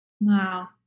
Wow